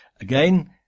Again